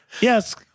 Yes